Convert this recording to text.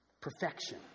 Perfection